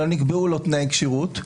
אלא נקבעו לו תנאי כשירות.